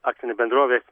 akcinė bendrovė